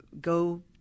go